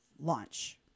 launch